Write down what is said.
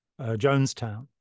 jonestown